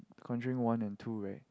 Conjuring one and two right